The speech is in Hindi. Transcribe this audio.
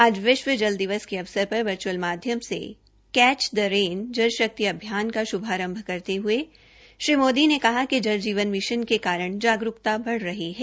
आज विश्व जल दिवस के अवसर पर वर्च्अल माध्यम से catch the rain Jal Shakti Abhiyan का श्भारंभ करते हये श्री मोदी ने जल जीवन मिशन के कारण जागरूकता बढ़ रही है